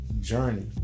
journey